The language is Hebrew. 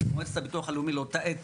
אז מועצת הביטוח הלאומי לאותה עת